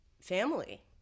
family